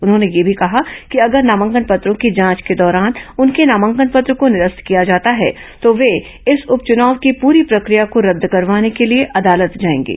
उन्होंने यह भी कहा कि अगर नामांकन पत्रों की जांच के दौरान उनके नामांकन पत्र को निरस्त किया जाता है तो वे इस उपचुनाव की पूरी प्रक्रिया को रद्द करवाने के लिए अदालत जाएंगे